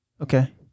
okay